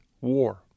war